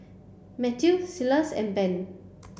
Mathew Silas and Ben